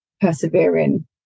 persevering